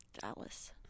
Dallas